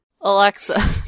Alexa